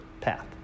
path